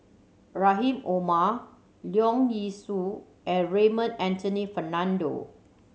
Rahim Omar Leong Yee Soo and Raymond Anthony Fernando